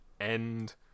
end